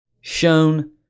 shown